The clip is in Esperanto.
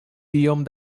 tiom